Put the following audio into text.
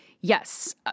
Yes